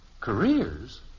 Careers